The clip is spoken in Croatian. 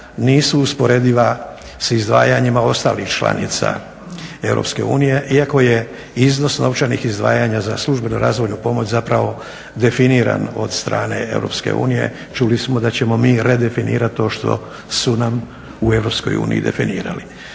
nisu usporediva s izdvajanjima ostalih članica EU iako je iznos novčanih izdvajanja za službenu razvoju pomoć definiran od strane EU. Čuli smo da ćemo mi redefinirati to što su na u EU definirali.